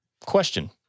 Question